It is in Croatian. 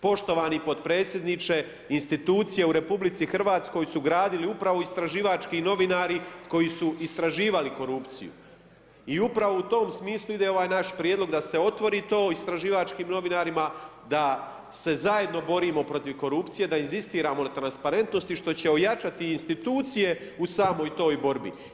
Poštovani potpredsjedniče, institucije u RH su gradili upravo istraživački novinari koji su istraživali korupciju i upravo u tom smislu ide ovaj naš prijedlog da se otvori to istraživačkim novinarima, da se zajedno borimo protiv korupcije, da inzistiramo na transparentnosti što će ojačati institucije u samoj toj borbi.